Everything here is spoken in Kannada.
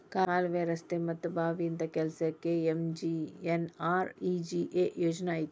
ಕಾಲ್ವೆ, ರಸ್ತೆ ಮತ್ತ ಬಾವಿ ಇಂತ ಕೆಲ್ಸಕ್ಕ ಎಂ.ಜಿ.ಎನ್.ಆರ್.ಇ.ಜಿ.ಎ ಯೋಜನಾ ಐತಿ